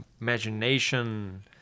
imagination